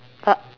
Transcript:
but